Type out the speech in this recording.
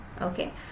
okay